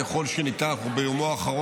בזכות בג"ץ יש לנו את הזכויות שלנו.